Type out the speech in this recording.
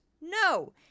no